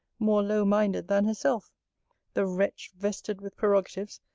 more low-minded than herself the wretch, vested with prerogatives,